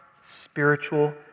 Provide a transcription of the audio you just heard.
spiritual